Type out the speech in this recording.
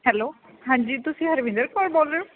hello ਹਾਂਜੀ ਤੁਸੀਂ ਹਰਵਿੰਦਰ ਕੌਰ ਬੋਲ ਰਹੇ ਹੋ